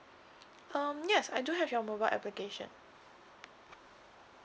um yes I do have your mobile application